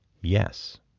yes